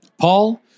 Paul